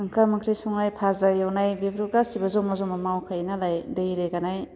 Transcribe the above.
ओंखाम ओंख्रि संनाय फाजा एवनाय बेफोर गासिबो ज'मा ज'मा मावखायो नालाय दै रोगानाय